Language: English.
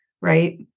right